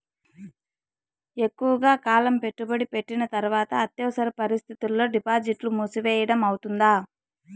ఎక్కువగా కాలం పెట్టుబడి పెట్టిన తర్వాత అత్యవసర పరిస్థితుల్లో డిపాజిట్లు మూసివేయడం అవుతుందా?